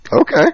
Okay